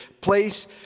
place